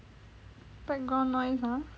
background noise ah